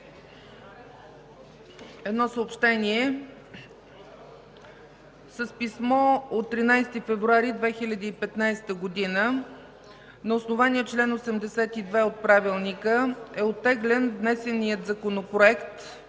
Едно съобщение: с писмо от 13 февруари 2015 г., на основание чл. 82 от Правилника, е оттеглен внесеният Законопроект